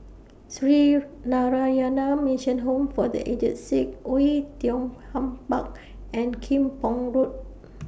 Sree Narayana Mission Home For The Aged Sick Oei Tiong Ham Park and Kim Pong Road